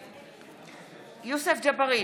נגד יוסף ג'בארין,